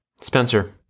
Spencer